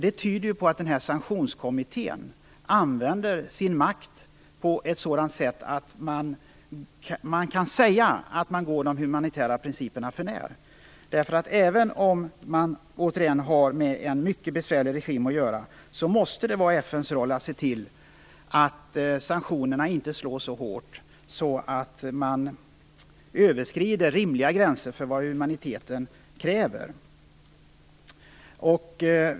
Det tyder på att Sanktionskommittén använder sin makt på ett sådant sätt att det är möjligt att säga att man går de humanitära principerna för när. Även om man återigen har med en mycket besvärlig regim att göra måste det vara FN:s roll att se till att sanktionerna inte slår så hårt att man överskrider rimliga gränser för vad humaniteten kräver.